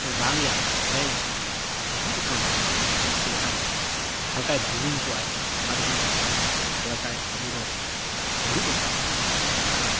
ᱥᱮ ᱵᱟᱝᱭᱟ ᱚᱸᱰᱮᱭ ᱫᱩᱲᱩᱵ ᱟᱠᱟᱱᱟᱭ ᱡᱟᱱᱤ ᱠᱮ ᱡᱟᱦᱟᱸᱭ ᱢᱟᱱᱮ ᱦᱟᱞᱠᱟᱭ ᱵᱩᱨᱩᱢ ᱠᱚᱜᱼᱟᱭ ᱚᱱᱟ ᱫᱚᱠᱚ ᱢᱮᱛᱟᱜ ᱠᱟᱱᱟ ᱡᱟᱦᱟᱸ ᱞᱮᱠᱟᱭ ᱟᱵᱚ ᱫᱚ ᱫᱩᱲᱩᱵ ᱟᱠᱟᱱᱟᱭ ᱟᱨ